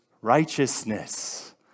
righteousness